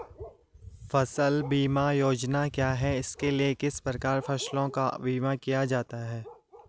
फ़सल बीमा योजना क्या है इसके लिए किस प्रकार फसलों का बीमा किया जाता है?